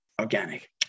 organic